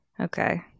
Okay